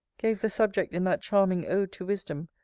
gave the subject in that charming ode to wisdom,